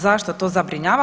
Zašto to zabrinjava?